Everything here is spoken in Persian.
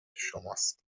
شماست